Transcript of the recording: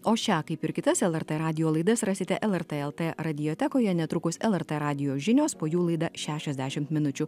o šią kaip ir kitas lrt radijo laidas rasite lrt lt radiotekoje netrukus lrt radijo žinios po jų laida šešiasdešim minučių